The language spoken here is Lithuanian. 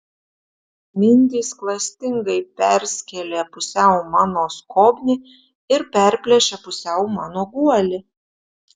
mindys klastingai perskėlė pusiau mano skobnį ir perplėšė pusiau mano guolį